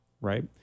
right